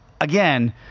again